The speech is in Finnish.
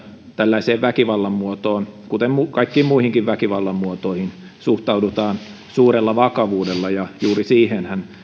tällaiseen väkivallan muotoon kuten kaikkiin muihinkin väkivallan muotoihin suhtaudutaan suurella vakavuudella ja juuri siihenhän